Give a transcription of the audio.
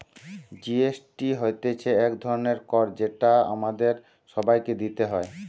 GST হতিছে এক ধরণের কর যেটা আমাদের সবাইকে দিতে হয়